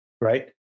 right